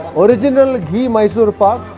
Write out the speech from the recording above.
original ghee mysore pak.